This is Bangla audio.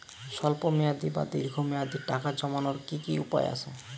স্বল্প মেয়াদি বা দীর্ঘ মেয়াদি টাকা জমানোর কি কি উপায় আছে?